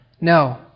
No